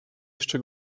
jeszcze